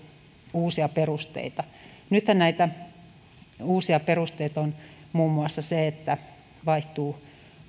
uusia perusteita nythän näitä uusia perusteita on muun muassa se että vaihtuu